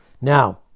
Now